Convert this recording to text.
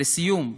לסיום,